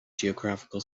geographical